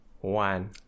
One